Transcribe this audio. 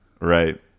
Right